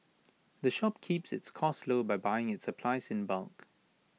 the shop keeps its costs low by buying its supplies in bulk